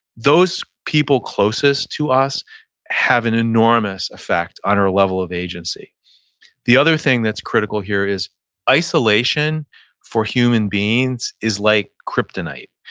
those people closest to us having an enormous effect on our level of agency the other thing that's critical here is isolation for human beings is like kryptonite.